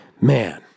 Man